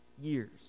years